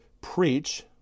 preach